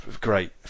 Great